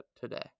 today